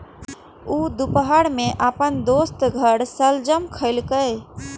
ऊ दुपहर मे अपन दोस्तक घर शलजम खेलकै